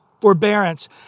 forbearance